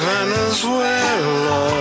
Venezuela